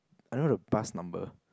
I know the bus number